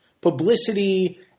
publicity